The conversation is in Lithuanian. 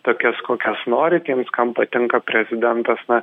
tokias kokias nori tiems kam patinka prezidentas na